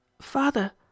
Father